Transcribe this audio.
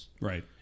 Right